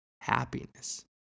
happiness